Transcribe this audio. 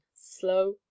slow